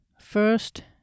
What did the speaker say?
First